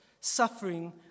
suffering